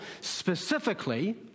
specifically